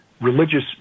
Religious